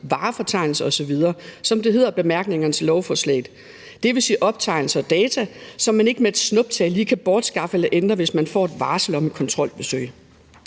varefortegnelser osv., som det hedder i bemærkningerne til lovforslaget, dvs. optegnelser og data, som man ikke med et snuptag lige kan bortskaffe eller ændre, hvis man får et varsel om et kontrolbesøg.